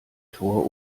tor